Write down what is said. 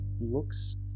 looks